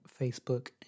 Facebook